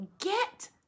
get